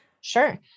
Sure